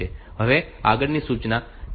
હવે આગળની સૂચના DCX B છે